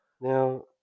Now